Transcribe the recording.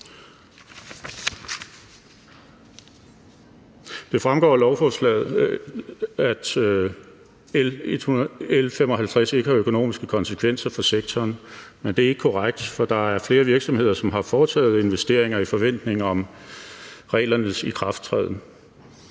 Det fremgår af lovforslaget, at det ikke har økonomiske konsekvenser for sektoren, men det er ikke korrekt, for der er flere virksomheder, der har foretaget investeringer i forventning om reglernes ikrafttræden.